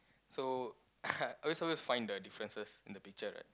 so are we supposed to find the differences in the picture right